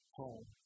home